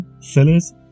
sellers